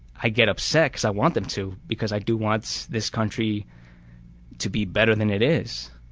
i get upset because i want them to because i do want this country to be better than it is.